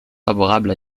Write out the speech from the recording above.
favorable